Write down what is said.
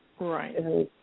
Right